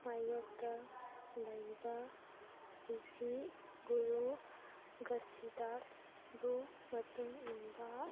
ꯃꯥꯏꯌꯣꯛꯇ ꯂꯩꯕ ꯔꯤꯁꯤ ꯒꯨꯔꯨ ꯒꯁꯤꯗꯥꯁꯕꯨ ꯃꯇꯨꯡ ꯏꯟꯕ